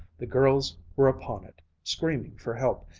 the girls were upon it, screaming for help,